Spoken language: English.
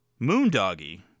Moondoggy